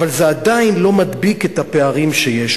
אבל זה עדיין לא מדביק את הפערים שיש,